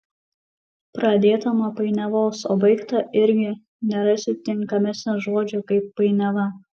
pradėta nuo painiavos o baigta irgi nerasi tinkamesnio žodžio kaip painiava